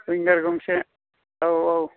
विंगार गंसे औ औ